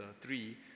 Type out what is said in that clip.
three